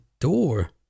door